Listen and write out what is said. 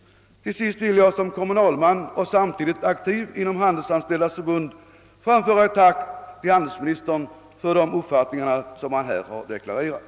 Till sist vill jag som kommunalman och samtidigt aktiv inom Handelsanställdas förbund framföra ett tack till handelsministern för den uppfattning som han här har deklarerat.